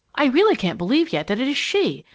i really can't believe yet that it is she,